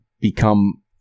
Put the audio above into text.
become